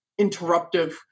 interruptive